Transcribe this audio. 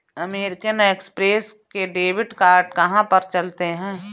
American Express के debit card कहाँ पर चलते हैं?